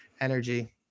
energy